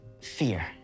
fear